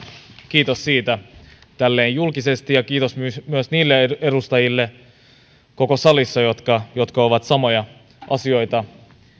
kiitos siitä tälleen julkisesti ja kiitos myös myös niille edustajille koko salissa jotka jotka ovat samoja asioita